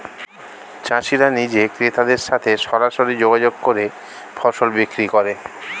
চাষিরা নিজে ক্রেতাদের সাথে সরাসরি যোগাযোগ করে ফসল বিক্রি করে